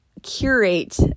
curate